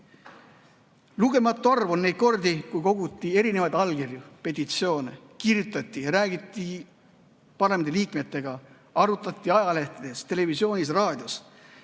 Lugematu arv on olnud kordi, kui koguti erinevaid allkirju, petitsioone, kirjutati, räägiti parlamendi liikmetega, arutati ajalehtedes, televisioonis, raadios,